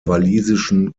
walisischen